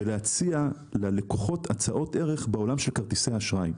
ולהציע ללקוחות הצעות ערך בעולם של כרטיסי האשראי.